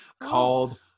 called